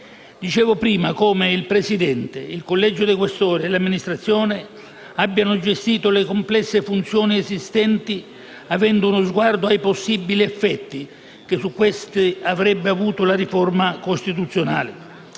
dell'Amministrazione. Il Presidente, il Collegio dei Questori e l'Amministrazione hanno gestito le complesse funzioni esistenti avendo uno sguardo ai possibili effetti che su queste avrebbe avuto la riforma costituzionale.